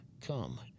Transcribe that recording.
Come